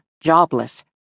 jobless